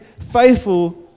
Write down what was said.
faithful